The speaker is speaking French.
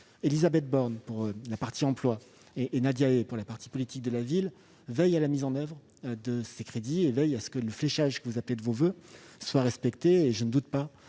Élisabeth Borne, pour la partie emploi, et Nadia Hai, pour la partie politique de la ville, veillent à la mise en oeuvre de ces crédits et à ce que le fléchage que vous appelez de vos voeux soit respecté. Je ne doute pas